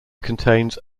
contains